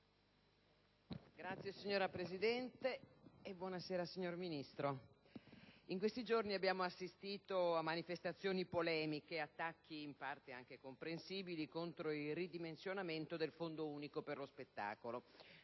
Signora Presidente, signor Ministro, in questi giorni abbiamo assistito a manifestazioni polemiche e attacchi, in parte anche comprensibili, contro il ridimensionamento del Fondo unico per lo spettacolo.